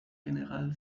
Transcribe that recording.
general